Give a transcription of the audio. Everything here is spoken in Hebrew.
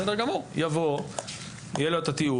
בסדר גמור, יבוא, יהיה לו את הטיעון.